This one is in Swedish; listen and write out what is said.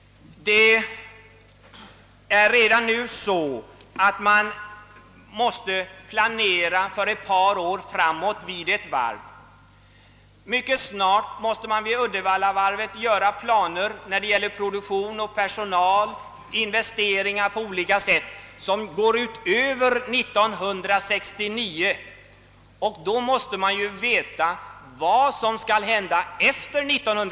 Man måste planera för ett par år framåt vid ett varv. Mycket snart måste för Uddevallavarvet göras upp planer beträffande produktion, personal och investeringar av olika slag som går ut över år 1969. Därvid måste man veta vad som skall hända efter detta år.